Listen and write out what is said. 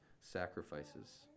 sacrifices